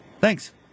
Thanks